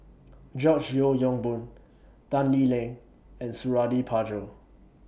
George Yeo Yong Boon Tan Lee Leng and Suradi Parjo